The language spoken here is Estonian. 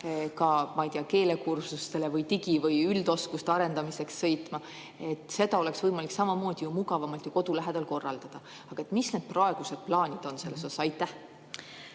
ma ei tea, keelekursustele või digi‑ või üldoskuste arendamiseks sõitma. Seda oleks ju võimalik samamoodi mugavamalt kodu lähedal korraldada. Mis need praegused plaanid on selles suhtes? Aitäh!